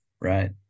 right